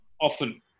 often